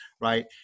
right